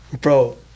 Bro